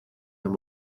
mehr